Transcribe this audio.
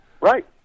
Right